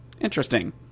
Interesting